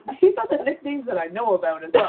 these are the little things that i know about as